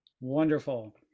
Wonderful